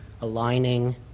aligning